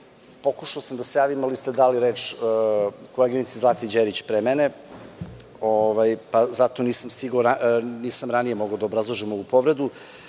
lica. Pokušao sam da se javim, ali ste dali reč koleginici Zlati Đerić pre mene, pa zato nisam ranije mogao da obrazložim ovu povredu.